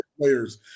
players